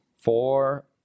four